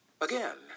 Again